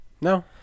No